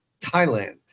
Thailand